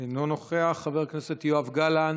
אינו נוכח, חבר הכנסת יואב גלנט,